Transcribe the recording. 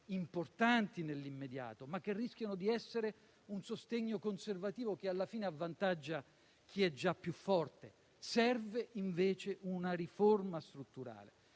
importanti nell'immediato, ma che rischiano di essere un sostegno conservativo che alla fine avvantaggia chi è già più forte. Serve, invece, una riforma strutturale